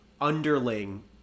Underling